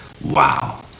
Wow